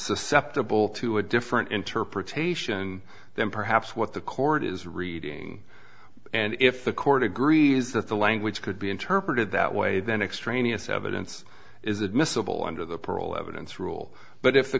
susceptible to a different interpretation than perhaps what the court is reading and if the court agrees that the language could be interpreted that way then extraneous evidence is admissible under the pearl evidence rule but if the